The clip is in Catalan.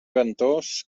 ventós